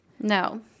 No